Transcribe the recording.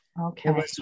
Okay